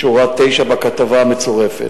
שורה 9 בכתבה המצורפת.